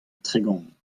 tregont